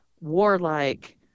warlike